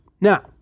Now